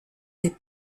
des